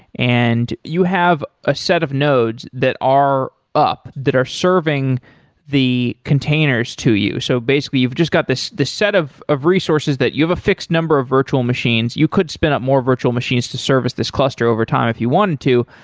and you have a set of nodes that are up, that are serving the containers to you. so basically, you've just got this the set of of resources that you have a fixed number of virtual machines. you could spin up more virtual machines to service this cluster over time if you wanted to,